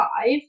five